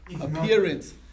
appearance